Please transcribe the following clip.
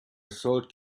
sold